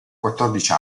quattordici